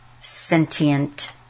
sentient